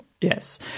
Yes